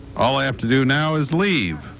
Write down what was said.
all i have to do now is leave.